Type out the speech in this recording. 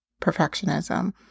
perfectionism